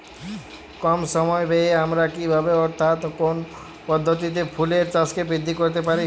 কম সময় ব্যায়ে আমরা কি ভাবে অর্থাৎ কোন পদ্ধতিতে ফুলের চাষকে বৃদ্ধি করতে পারি?